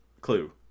Clue